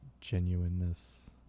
genuineness